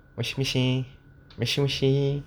washing machine washing machine